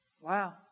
Wow